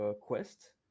Quest